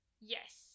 Yes